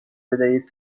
بدهید